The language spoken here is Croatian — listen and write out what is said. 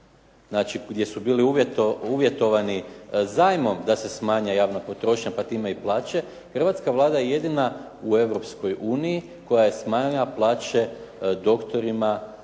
znači gdje su bili uvjetovani zajmom da se smanji javna potrošnja, pa tim i plaće, hrvatska Vlada je jedina u Europskoj uniji koja je smanjila plaće doktorima,